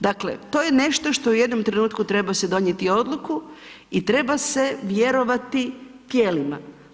Dakle, to je nešto što u jednom trenutku treba se donijeti odluku i treba se vjerovati tijelima.